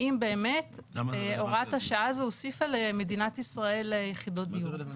האם באמת הוראת השעה הזו הוסיפה למדינת ישראל ליחידות דיור?